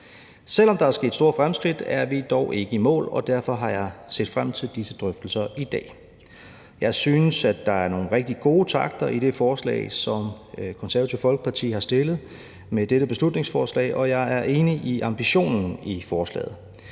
Selv om der er sket store fremskridt, er vi dog ikke i mål, og derfor har jeg set frem til disse drøftelser i dag. Jeg synes, der er nogle rigtig gode takter i det forslag, som Det Konservative Folkeparti har fremsat, og jeg er enig i ambitionen. Alligevel